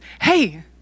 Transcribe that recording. hey